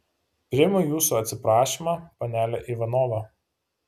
priimu jūsų atsiprašymą panele ivanova